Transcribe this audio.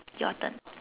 your turn